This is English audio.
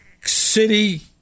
City